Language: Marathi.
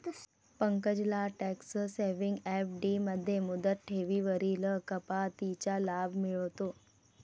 पंकजला टॅक्स सेव्हिंग एफ.डी मध्ये मुदत ठेवींवरील कपातीचा लाभ मिळतो